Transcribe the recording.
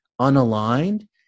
unaligned